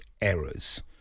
errors